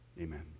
Amen